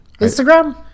Instagram